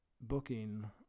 booking